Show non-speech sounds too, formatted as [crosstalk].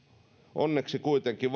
onneksi kuitenkin [unintelligible]